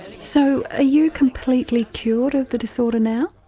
so ah you completely cured of the disorder now?